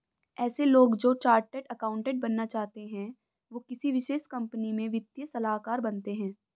ऐसे लोग जो चार्टर्ड अकाउन्टन्ट बनना चाहते है वो किसी विशेष कंपनी में वित्तीय सलाहकार बनते हैं